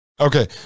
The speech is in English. okay